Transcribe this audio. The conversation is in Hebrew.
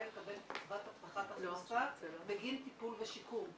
לקבל קצבת הבטחת הכנסה בגין טיפול ושיקום.